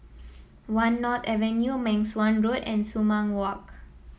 One North Avenue Meng Suan Road and Sumang Walk